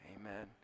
amen